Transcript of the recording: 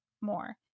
more